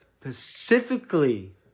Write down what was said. specifically